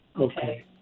Okay